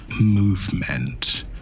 movement